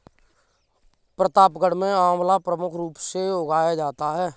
प्रतापगढ़ में आंवला प्रमुख रूप से उगाया जाता है